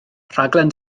rhaglen